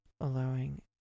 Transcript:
allowing